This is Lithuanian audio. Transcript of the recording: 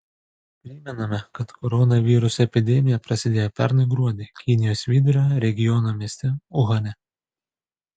primename kad koronaviruso epidemija prasidėjo pernai gruodį kinijos vidurio regiono mieste uhane